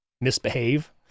misbehave